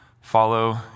Follow